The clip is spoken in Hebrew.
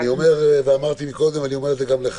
אמרתי קודם, ואני אומר את זה לך: